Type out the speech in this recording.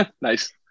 Nice